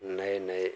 नए नए